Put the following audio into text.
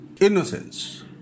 innocence